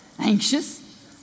Anxious